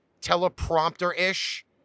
teleprompter-ish